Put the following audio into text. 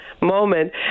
moment